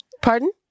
Pardon